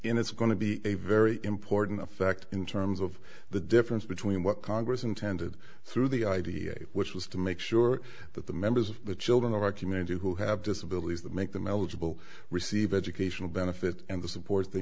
and it's going to be a very important effect in terms of the difference between what congress intended through the idea which was to make sure that the members of the children of our community who have disabilities that make them eligible to receive educational benefit and the support they